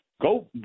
go